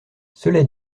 cela